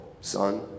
son